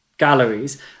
galleries